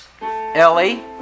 Ellie